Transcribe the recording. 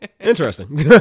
Interesting